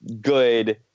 good